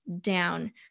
down